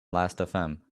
lastfm